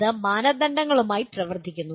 അത് മാനദണ്ഡങ്ങളുമായി പ്രവർത്തിക്കുന്നു